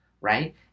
right